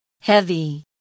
Heavy